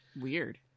Weird